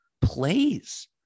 plays